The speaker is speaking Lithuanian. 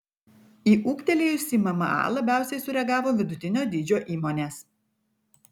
į ūgtelėjusį mma labiausiai sureagavo vidutinio dydžio įmonės